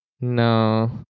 No